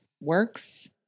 works